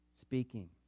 speaking